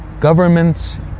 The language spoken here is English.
Governments